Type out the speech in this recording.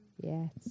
yes